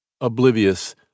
Oblivious